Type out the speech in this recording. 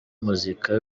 muzika